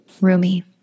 Rumi